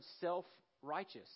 self-righteous